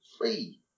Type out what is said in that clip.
Free